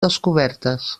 descobertes